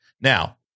Now